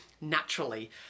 naturally